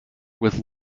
with